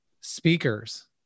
speakers